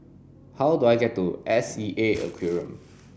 how do I get to S E A Aquarium